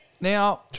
Now